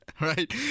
Right